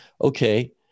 okay